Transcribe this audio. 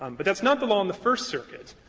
um but that's not the law in the first circuit,